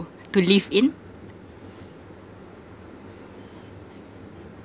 to live in